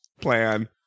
plan